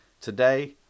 today